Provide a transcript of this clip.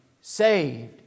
saved